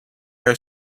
are